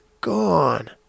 gone